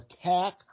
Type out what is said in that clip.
attack